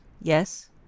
yes